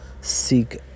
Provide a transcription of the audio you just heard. seek